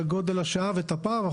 גודל השעה ואת הפער.